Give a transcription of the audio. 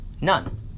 none